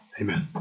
Amen